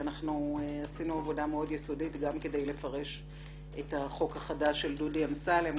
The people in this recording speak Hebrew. אנחנו עשינו עבודה מאוד יסודית גם כדי לפרש את החוק החדש של דודי אמסלם,